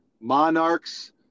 monarchs